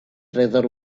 treasure